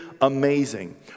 amazing